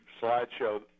slideshow